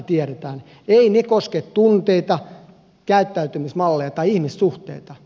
eivät ne koske tunteita käyttäytymismalleja tai ihmissuhteita